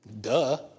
Duh